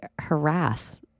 harass